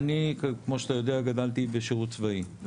כמו שאתה יודע אני גדלתי בשירות צבאי,